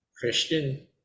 Christian